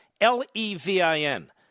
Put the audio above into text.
L-E-V-I-N